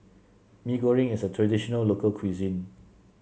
Mee Goreng is a traditional local cuisine